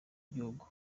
gihugu